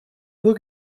nur